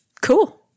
cool